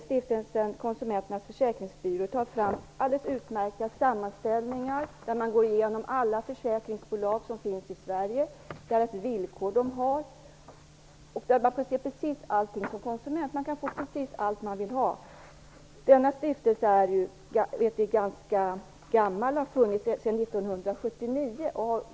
Stiftelsen Konsumenternas Försäkringsbyrå tar t.ex. fram helt utmärkta sammanställningar, där man går igenom alla försäkringsbolag som finns i Sverige och vilka villkor de har. Som konsument kan man få precis alla uppgifter man vill ha. Denna stiftelse är ganska gammal. Den har funnits sedan 1979.